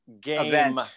game